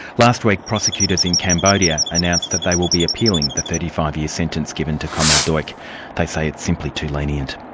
last week, prosecutors in cambodia announced that they will be appealing the thirty five year sentence given to comrade duch. like they say it's simply too lenient.